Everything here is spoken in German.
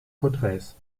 porträts